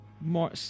more